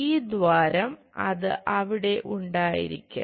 ഈ ദ്വാരം അത് അവിടെ ഉണ്ടായിരിക്കാം